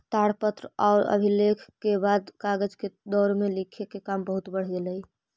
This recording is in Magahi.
ताड़पत्र औउर अभिलेख के बाद कागज के दौर में लिखे के काम बहुत बढ़ गेलई